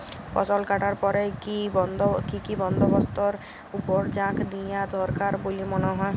ফসলকাটার পরে কি কি বন্দবস্তের উপর জাঁক দিয়া দরকার বল্যে মনে হয়?